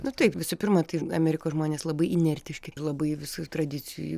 nu taip visų pirma tai amerikos žmonės labai inertiški ir labai visų tradicijų